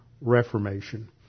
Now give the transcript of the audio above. Reformation